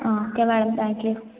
ఆ okay madam thank you